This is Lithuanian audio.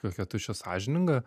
kokia tu čia sąžininga